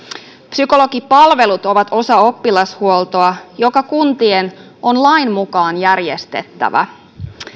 psykologipalvelut ovat osa oppilashuoltoa joka kuntien on lain mukaan järjestettävä